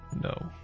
No